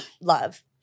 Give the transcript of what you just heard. Love